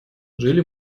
жили